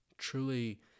Truly